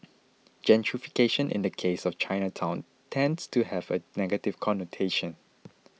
gentrification in the case of Chinatown tends to have a negative connotation